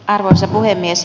arvoisa puhemies